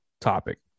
topic